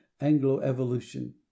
Anglo-evolution